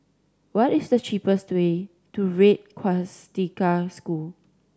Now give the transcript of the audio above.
what is the cheapest way to Red Swastika School